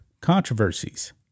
controversies